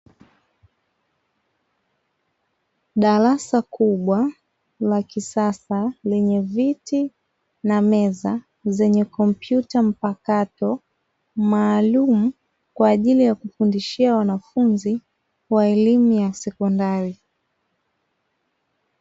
Darasa kubwa la kisasa lenye viti na meza zenye kompyuta mpakato maalumu kwa ajili ya kufundishia wanafunzi wa elimu ya sekondari.